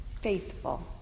Faithful